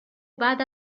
بعد